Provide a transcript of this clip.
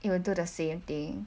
you will do the same thing